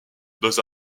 dans